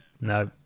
No